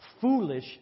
foolish